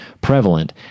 prevalent